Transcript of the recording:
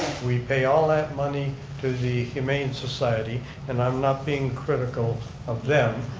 we pay all that money to the humane society and i'm not being critical of them.